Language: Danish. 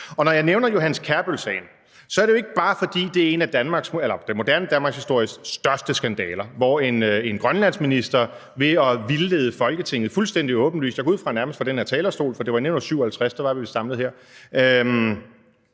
sag. Når jeg nævner Johannes Kjærbøll-sagen, er det jo ikke bare, fordi det er en af den moderne danmarkshistories største skandaler, hvor det, at en grønlandsminister fuldstændig åbenlyst vildleder Folketinget – jeg går ud fra, at det nærmest var fra den her talerstol, for det var i 1957, og da var vi jo samlet her